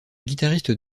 guitariste